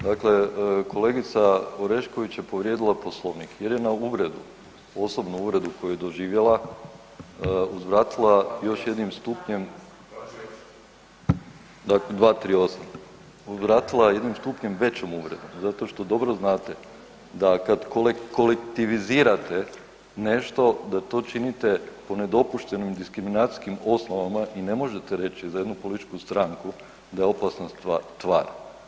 Dakle, kolegica Orešković je povrijedila Poslovnik jer je na uvredu, osobnu uvredu koju je doživjela uzvratila još jednim stupnjem, … [[upadica: ne čuje se…]] 238. uzvratila jednim stupnjem većom uvredom, zato što dobro znate da kad kolektivizirate nešto da to činite po nedopuštenim diskriminacijskim osnovama i ne možete reći za jednu političku stranku da je opasna tvar.